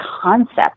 concept